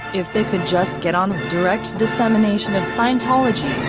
if they could just get on with direct dissemination of scientology,